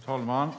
Fru talman!